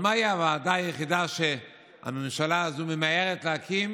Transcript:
הזה, אנחנו מבקשים מאוד לאשר אותו,